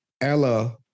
Ella